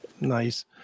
Nice